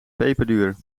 peperduur